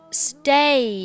stay